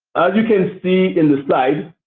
as you can see in the slide,